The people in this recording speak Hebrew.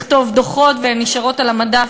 כתיבת דוחות, והם נשארים על המדף.